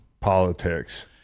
politics